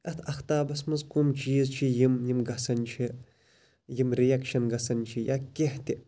اتھ افتابَس مَنٛز کم چیٖز چھِ یِم یِم گَژھان چھِ یِم رِیکشَن گَژھان چھِ یا کینٛہہ تہِ